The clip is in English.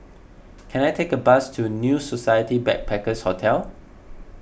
can I take a bus to New Society Backpackers' Hotel